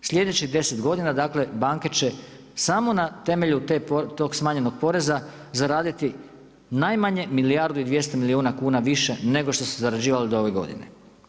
Sljedećih 10 godina dakle banke će samo na temelju tog smanjenog poreza zaraditi najmanje milijardu i 200 milijuna kuna više nego što su zarađivali od ove godine.